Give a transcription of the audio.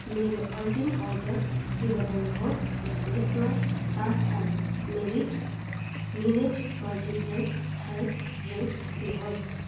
मेरो अन्तिम अर्डर दोहोऱ्याउनुहोस् र यसमा पाँच थान millet millet multigrain health drink थप्नुहोस्